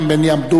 בבקשה.